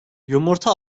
yumurta